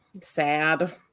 sad